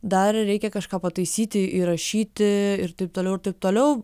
dar reikia kažką pataisyti įrašyti ir taip toliau ir taip toliau